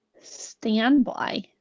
Standby